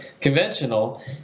conventional